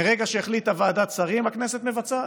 מרגע שהחליטה ועדת שרים, הכנסת מבצעת.